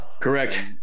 Correct